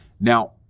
Now